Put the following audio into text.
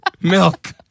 Milk